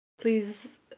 please